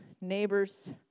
neighbors